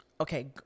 Okay